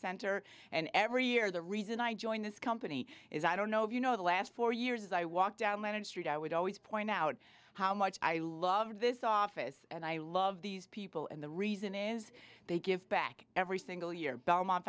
center and every year the reason i joined this company is i don't know if you know the last four years i walked down when it st i would always point out how much i love this office and i love these people and the reason is they give back every single year belmont